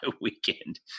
weekend